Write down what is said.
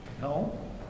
No